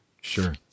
Sure